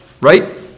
right